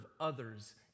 others